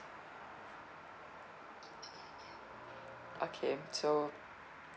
okay so